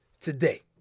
today